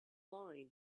line